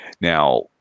Now